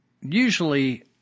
Usually